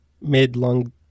mid-lung